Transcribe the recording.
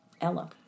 Ella